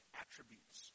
attributes